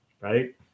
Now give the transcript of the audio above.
right